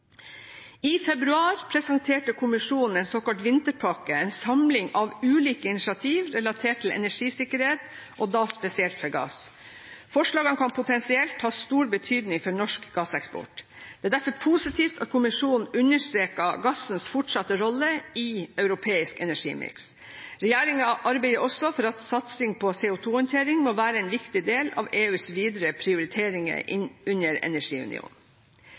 I februar presenterte kommisjonen en såkalt vinterpakke – en samling av ulike initiativ relatert til energisikkerhet, og da spesielt for gass. Forslagene kan potensielt ha stor betydning for norsk gasseksport. Det er derfor positivt at kommisjonen understreket gassens fortsatte rolle i europeisk energimiks. Regjeringen arbeider også for at satsing på CO2-håndtering må være en viktig del av EUs videre prioriteringer under energiunionen.